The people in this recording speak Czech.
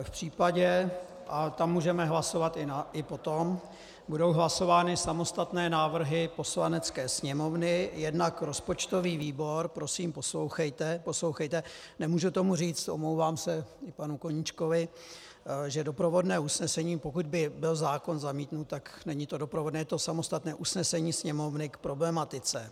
V případě, a tam můžeme hlasovat i potom, budou hlasovány samostatné návrhy Poslanecké sněmovny, jednak rozpočtový výbor prosím, poslouchejte, nemůžu tomu říct, omlouvám se panu Koníčkovi, že doprovodné usnesení, pokud by byl zákon zamítnut, tak to není doprovodné, je to samostatné usnesení Sněmovny k problematice: